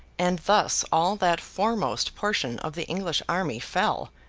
and thus all that foremost portion of the english army fell,